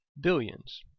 billions